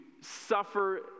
suffer